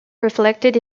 reflected